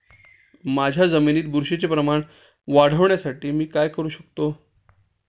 माझ्या जमिनीत बुरशीचे प्रमाण वाढवण्यासाठी मी काय करू शकतो?